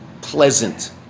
pleasant